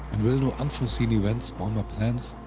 and will no unforeseen events spoil my plans?